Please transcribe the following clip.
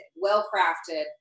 well-crafted